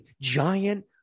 giant